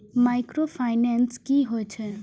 Micro finance कि होई छै?